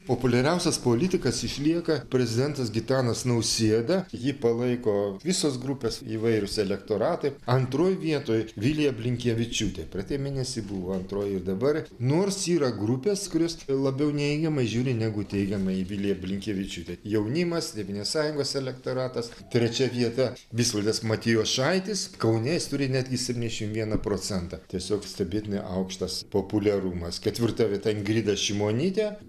populiariausias politikas išlieka prezidentas gitanas nausėda jį palaiko visos grupės įvairūs elektoratai antroj vietoj vilija blinkevičiūtė praeitą mėnesį buvo antroj ir dabar nors yra grupės kurios labiau neigiamai žiūri negu teigiamai į viliją blinkevičiūtę jaunimas tėvynės sąjungos elektoratas trečia vieta visvaldas matijošaitis kaune jis turi netgi septyniasdešim vieną procentą tiesiog stebėtinai aukštas populiarumas ketvirta vieta ingrida šimonytė